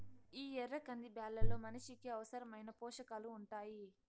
ఈ ఎర్ర కంది బ్యాళ్ళలో మనిషికి అవసరమైన పోషకాలు ఉంటాయి